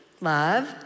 love